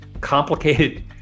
complicated